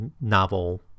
novel